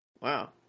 Wow